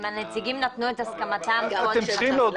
כמו שהיועץ